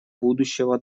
будущего